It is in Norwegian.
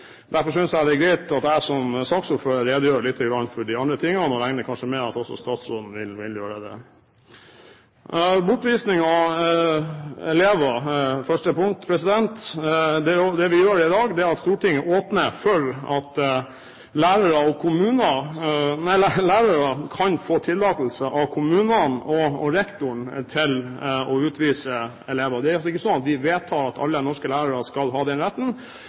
Derfor synes jeg det er greit at jeg som saksordfører redegjør lite grann også for de andre punktene, og jeg regner med at også statsråden vil gjøre det. Bortvisning av elever er første punkt. Det Stortinget gjør i dag, er å åpne for at lærere kan få tillatelse av kommunen og rektor til å utvise elever. Det er altså ikke slik at vi vedtar at alle norske lærere skal ha den retten,